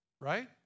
Right